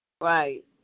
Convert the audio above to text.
Right